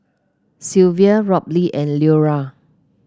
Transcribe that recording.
Sylvia Robley and Leora